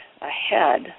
ahead